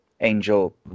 Angel